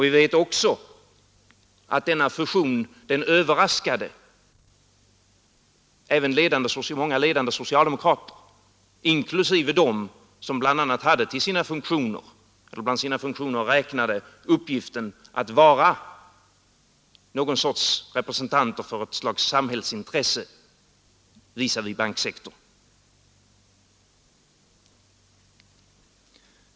Vi vet också att denna fusion överraskade även många ledande socialdemokrater, inklusive dem som bland sina funktioner räknade uppgiften att vara någon sorts representanter för ett slags samhällsintresse visavi banksektorn.